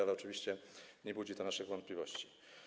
Ale oczywiście nie budzi to naszych wątpliwości.